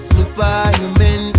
Superhuman